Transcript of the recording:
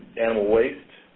animal waste,